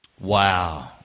Wow